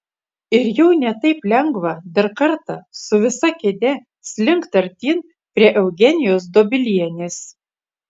ir jau ne taip lengva dar kartą su visa kėde slinkt artyn prie eugenijos dobilienės